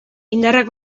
indarrak